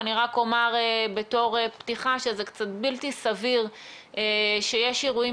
אני רק אומר בתור פתיחה שזה בלתי סביר שיש אירועים